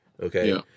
Okay